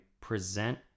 present